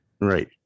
Right